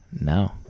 No